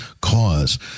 cause